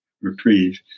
reprieve